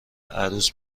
عروس